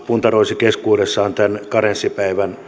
puntaroisi keskuudessaan tämän karenssipäivän